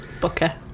Booker